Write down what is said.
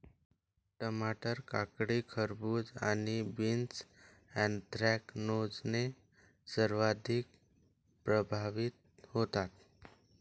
टमाटर, काकडी, खरबूज आणि बीन्स ऍन्थ्रॅकनोजने सर्वाधिक प्रभावित होतात